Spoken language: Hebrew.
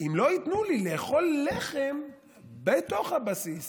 אם לא ייתנו לי לאכול לחם בתוך הבסיס